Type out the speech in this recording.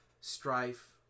strife